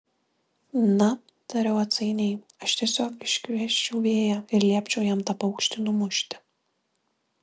na tariau atsainiai aš tiesiog iškviesčiau vėją ir liepčiau jam tą paukštį numušti